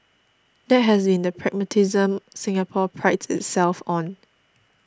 that has been the pragmatism Singapore prides itself on